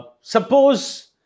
Suppose